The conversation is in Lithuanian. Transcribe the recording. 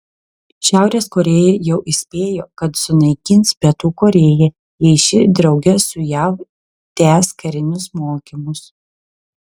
šiaurės korėja jau įspėjo kad sunaikins pietų korėją jei ši drauge su jav tęs karinius mokymus